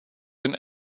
den